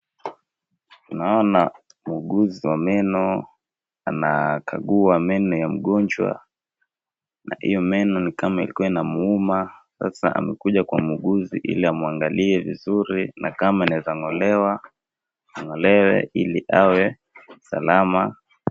Naona muuguzi wa meno anakagua meno ya mgonjwa na hio meno ni kama ilikua inamuuma sasa amekuja kwa muuguzi ili amwangalie vizuri na kama anaweza ng`olewa ang`olewe ili awe salama.